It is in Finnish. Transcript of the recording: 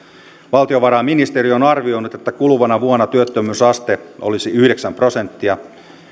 valtiovarainministeriö on arvioinut että kuluvana vuonna työttömyysaste olisi yhdeksän prosenttia